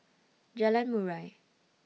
Jalan Murai